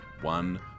one